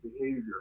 behavior